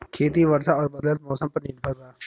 खेती वर्षा और बदलत मौसम पर निर्भर बा